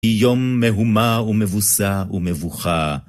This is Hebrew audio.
היא יום מהומה ומבוסה ומבוכה.